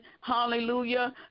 Hallelujah